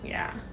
ya